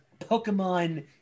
Pokemon